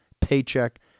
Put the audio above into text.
paycheck